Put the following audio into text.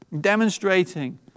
Demonstrating